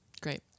great